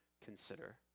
consider